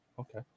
okay